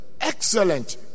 excellent